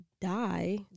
die